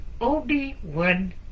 Obi-Wan